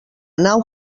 nau